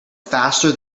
faster